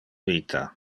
vita